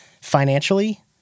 financially